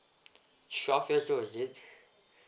twelve years old is it